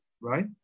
right